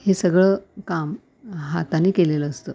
हे सगळं काम हाताने केलेलं असतं